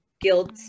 guilt